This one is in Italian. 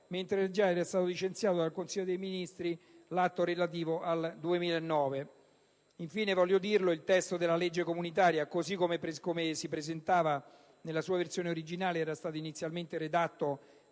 mentre era già stato licenziato dal Consiglio dei ministri l'Atto relativo al 2009. Infine, voglio dirlo: il testo della legge comunitaria, così come si presentava nella sua versione originale, era stato originalmente redatto